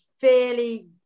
fairly